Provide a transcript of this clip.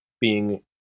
being-